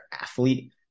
athlete